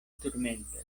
turmentas